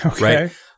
right